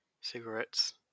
cigarettes